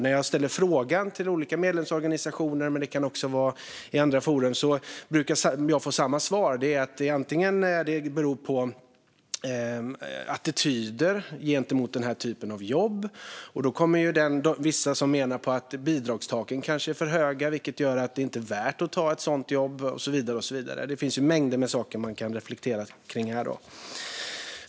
När jag ställer frågan till olika medlemsorganisationer, och i andra forum, brukar jag få samma svar. Ett svar är att det beror på attityder gentemot den här typen av jobb. Då menar vissa att bidragstaken kanske är för höga, vilket gör att det inte är värt att ta ett sådant jobb. Det finns ju mängder med saker man kan reflektera över här.